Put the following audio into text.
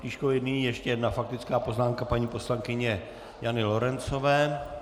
Nyní ještě jedna faktická poznámka paní poslankyně Jany Lorencové.